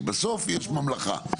בסוף יש ממלכה,